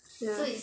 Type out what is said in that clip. ya